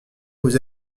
aux